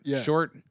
Short